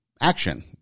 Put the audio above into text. action